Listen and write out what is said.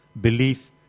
belief